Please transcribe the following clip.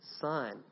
son